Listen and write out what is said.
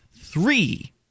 three